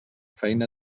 feina